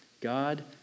God